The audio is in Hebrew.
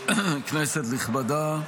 כנסת נכבדה,